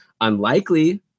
Unlikely